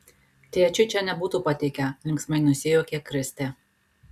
tėčiui čia nebūtų patikę linksmai nusijuokė kristė